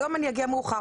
היום אני אגיע מאוחר,